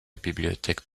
bibliothèque